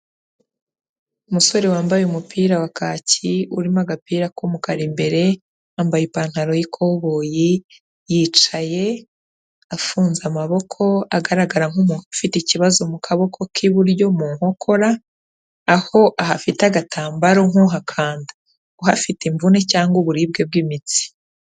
Umusore wambaye umupira wa kacyi urimo agapira k'umukara imbere, yambaye ipantaro y'ikoboyi, yicaye, afunze amaboko agaragara nk'umuntu ufite ikibazo mu kaboko k'iburyo mu nkokora, aho ahafite agatambaro nk'uhakanda; uhafite imvune cyangwa uburibwe bw'imitsi.